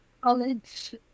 college